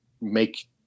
make